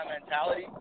mentality